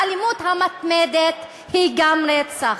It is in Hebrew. האלימות המתמדת היא גם רצח,